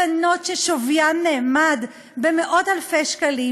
מתנות ששוויין נאמד במאות-אלפי שקלים,